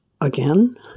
Again